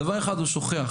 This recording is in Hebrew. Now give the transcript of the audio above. דבר אחד הוא שוכח,